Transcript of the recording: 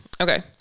Okay